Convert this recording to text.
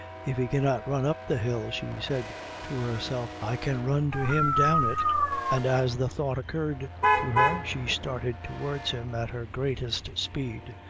if he cannot run up the hill, she said to herself, i can run to him down it and as the thought occurred to her, she started towards him at her greatest speed,